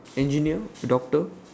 engineer doctor